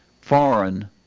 foreign